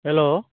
hello